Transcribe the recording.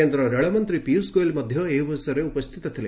କେନ୍ଦ୍ର ରେଳମନ୍ତ୍ରୀ ପିୟୁଷ ଗୋଏଲ ମଧ୍ୟ ଏହି ଅବସରରେ ଉପସ୍ଥିତ ଥିଲେ